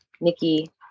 Nikki